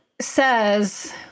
says